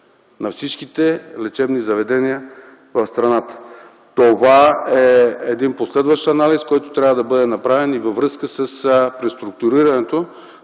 на всички лечебни заведения в страната. Това е един последващ анализ, който трябва да бъде направен и във връзка с преструктурирането